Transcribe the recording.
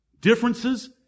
differences